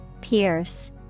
Pierce